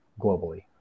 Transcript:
globally